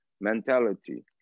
mentality